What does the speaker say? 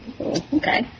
Okay